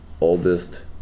oldest